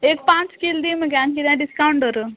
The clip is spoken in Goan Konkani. एक पांच कील दी मगे आनी किद्याक डिस्कावंट धर